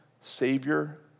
Savior